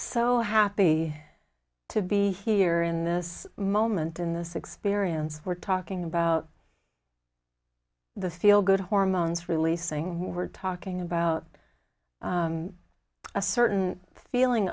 so happy to be here in this moment in this experience we're talking about the feel good hormones releasing we're talking about a certain feeling